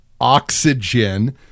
oxygen